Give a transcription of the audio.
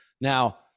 now